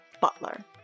butler